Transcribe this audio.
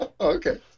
Okay